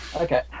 Okay